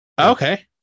Okay